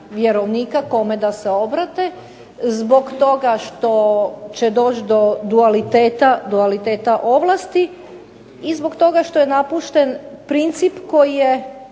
vjerovnika kome da se obrate, zbog toga što će doći do dualiteta ovlasti i zbog toga što je napušten princip koji je